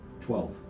Twelve